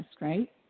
right